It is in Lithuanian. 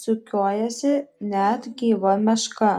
sukiojasi net gyva meška